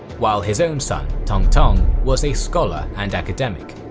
while his own son tongtong was a scholar and academic.